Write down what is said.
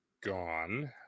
gone